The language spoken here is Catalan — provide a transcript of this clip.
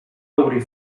obrir